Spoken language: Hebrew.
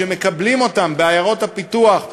שמקבלים אותם בעיירות הפיתוח,